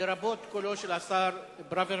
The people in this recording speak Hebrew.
לרבות קולו של השר ברוורמן,